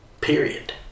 period